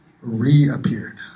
Reappeared